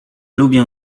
lubię